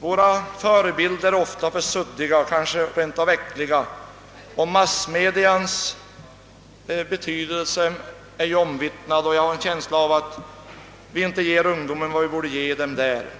Våra förebilder är ofta för suddiga och kanske också rent av äckliga. Massmediernas betydelse är omvittnad, och jag har en känsla av att vi inte ger ungdomen vad vi borde ge den härvidlag.